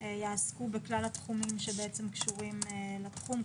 יעסקו בכלל התחומים שבעצם קשורים לתחום,